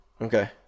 Okay